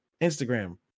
Instagram